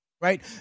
right